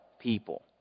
people